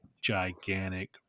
gigantic